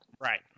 Right